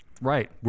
Right